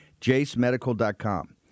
JaceMedical.com